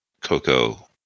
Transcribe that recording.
Coco